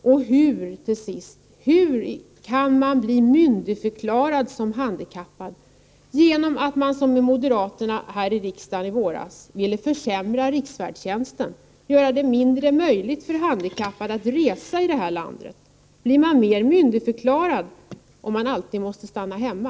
Och till sist: Hur kan man bli myndigförklarad som handikappad genom att — som moderaterna föreslog här i riksdagen i våras — riksfärdtjänsten försämras så att det blir mindre möjligt för handikappade att resa inom landet? Blir man mer myndigförklarad om man alltid måste stanna hemma?